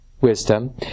wisdom